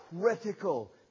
critical